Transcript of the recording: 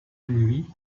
lui